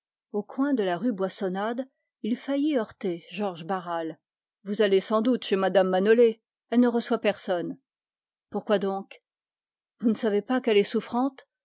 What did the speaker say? au coin de la rue boissonade il faillit heurter georges barral vous allez sans doute chez m me manolé elle ne reçoit personne pourquoi donc vous ne savez pas qu'elle est souffrante